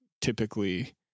typically